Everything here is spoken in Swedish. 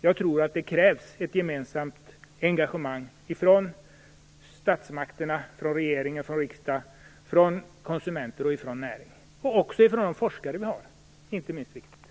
Jag tror att det krävs ett gemensamt engagemang - från statsmakterna, från regering och riksdag, från konsumenterna, från näringen och, inte minst viktigt, från våra forskare.